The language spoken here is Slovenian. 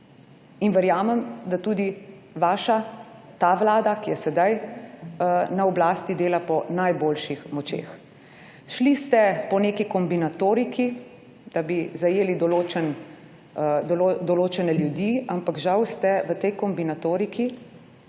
in verjamem, da tudi vaša, ta vlada, ki je sedaj na oblasti dela po najboljših močeh. Šli ste po neki kombinatoriki, da bi zajeli določene ljudi, ampak žal ste v tej kombinatoriki